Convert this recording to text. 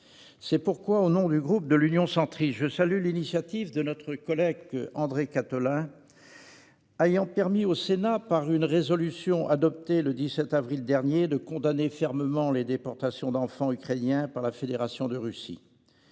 C'est pourquoi, au nom du groupe Union Centriste, je salue l'initiative de notre collègue André Gattolin qui a permis au Sénat, par une résolution adoptée le 17 avril dernier, de condamner fermement les déportations d'enfants ukrainiens par la Fédération de Russie.